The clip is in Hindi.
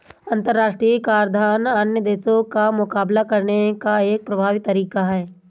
अंतर्राष्ट्रीय कराधान अन्य देशों का मुकाबला करने का एक प्रभावी तरीका है